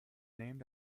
named